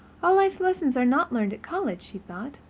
all life lessons are not learned at college, she thought.